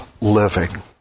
living